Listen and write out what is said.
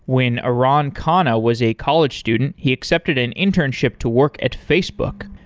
when aran khanna was a college student, he accepted an internship to work at facebook.